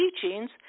teachings